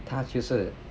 他就是